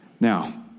Now